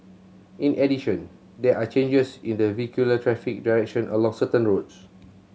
in addition there are changes in the vehicular traffic direction along certain roads